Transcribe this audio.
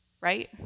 Right